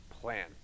plan